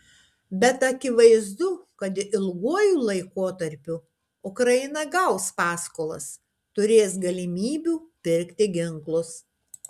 bet akivaizdu kad ilguoju laikotarpiu ukraina gaus paskolas turės galimybių pirkti ginklus